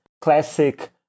classic